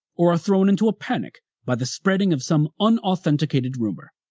or are thrown into a panic by the spreading of some unauthenticated rumor.